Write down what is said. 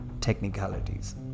technicalities